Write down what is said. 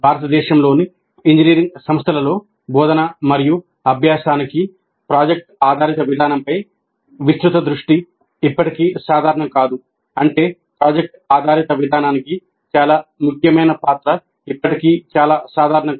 భారతదేశంలోని ఇంజనీరింగ్ సంస్థలలో బోధన మరియు అభ్యాసానికి ప్రాజెక్ట్ ఆధారిత విధానంపై విస్తృత దృష్టి ఇప్పటికీ సాధారణం కాదు అంటే ప్రాజెక్ట్ ఆధారిత విధానానికి చాలా ముఖ్యమైన పాత్ర ఇప్పటికీ చాలా సాధారణం కాదు